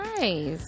nice